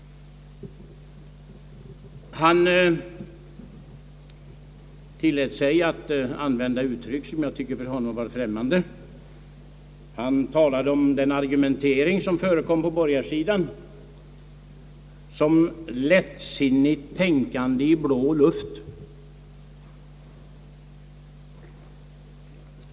Han tillät sig använda uttryck som jag tycker var främmande för honom. Han talade om den argumentering som förekom på den borgerliga sidan såsom »lättsinnigt tänkande i blå luft».